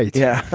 yeah.